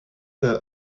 the